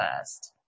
first